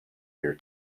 year